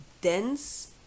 dense